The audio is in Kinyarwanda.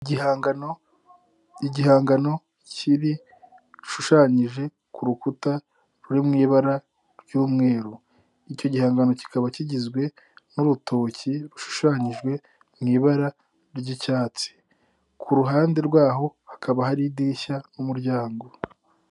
Igihangano; igihangano kiri gishushanyije ku rukuta ruri mu ibara ry'umweru, icyo gihangano kikaba kigizwe n'urutoki rushushanyijwe mu ibara ry'icyatsi, ku ruhande rwaho hakaba hari idirishya n'umuryango.